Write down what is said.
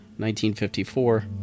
1954